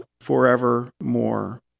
forevermore